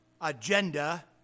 agenda